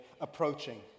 approaching